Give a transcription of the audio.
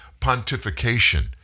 pontification